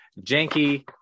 janky